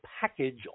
package